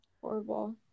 Horrible